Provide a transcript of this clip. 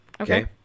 Okay